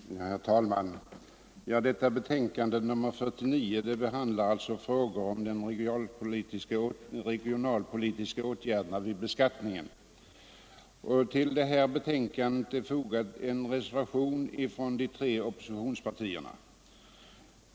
Herr talman! Detta betänkande, nr 49, behandlar frågor om regionalpolitiska åtgärder vid beskattningen. Till betänkandet är fogad en reservation av de tre oppositionspartierna.